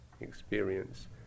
experience